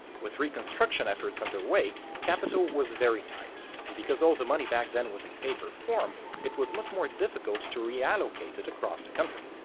with reconstruction efforts underway, capital was very tight and because all the money back then was in paper form it was much more difficult to reallocate it across the country.